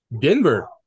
Denver